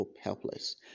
helpless